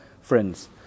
friends